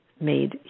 made